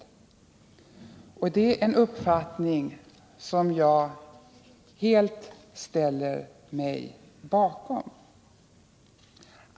Detta är en uppfattning som jag helt ställer mig bakom.